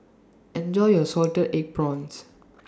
Enjoy your Salted Egg Prawns